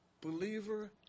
believer